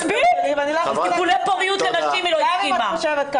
טיפולי פוריות לנשים, היא לא הסכימה.